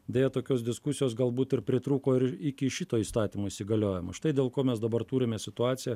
deja tokios diskusijos galbūt ir pritrūko ir iki šito įstatymo įsigaliojimo štai dėl ko mes dabar turime situaciją